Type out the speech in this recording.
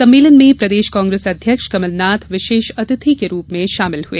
सम्मेलन में प्रदेश कांग्रेस अध्यक्ष कमलनाथ विशेष अतिथि के रूप में शामिल हए